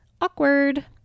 Awkward